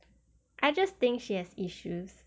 I just think she has issues